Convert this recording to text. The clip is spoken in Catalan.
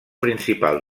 principal